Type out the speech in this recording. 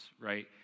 right